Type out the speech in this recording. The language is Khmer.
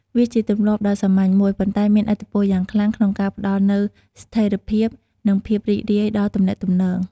វាជាទម្លាប់ដ៏សាមញ្ញមួយ ប៉ុន្តែមានឥទ្ធិពលយ៉ាងខ្លាំងក្នុងការផ្តល់នូវស្ថិរភាព និងភាពរីករាយដល់ទំនាក់ទំនង។